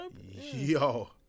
yo